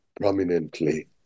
prominently